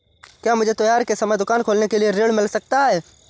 क्या मुझे त्योहार के समय दुकान खोलने के लिए ऋण मिल सकता है?